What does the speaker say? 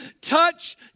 touch